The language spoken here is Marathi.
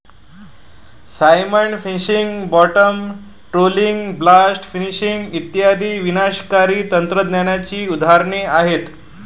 cyanide fishing, bottom trawling, blast fishing इत्यादी विनाशकारी तंत्रज्ञानाची उदाहरणे आहेत